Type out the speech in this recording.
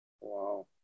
Wow